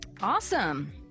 Awesome